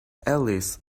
alice